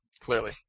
Clearly